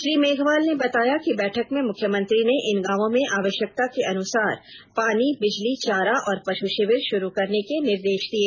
श्री मेघवाल ने बताया कि बैठक में मुख्यमंत्री ने इन गांवों में आवश्यकता के अनुसार पानी बिजली चारा और पशु शिविर शुरू करने के निर्देष दिए